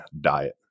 diet